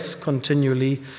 continually